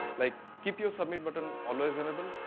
like keep your submit button always available.